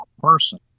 person